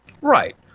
Right